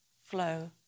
flow